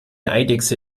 eidechse